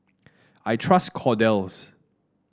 I trust Kordel's